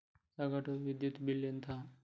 సగటు విద్యుత్ బిల్లు ఎంత?